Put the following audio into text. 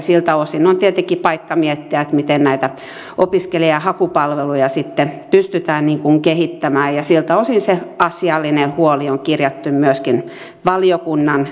siltä osin on tietenkin paikka miettiä että miten näitä opiskelija ja hakupalveluja sitten pystytään kehittämään ja siltä osin se asiallinen huoli on kirjattu myöskin valiokunnan mietintöön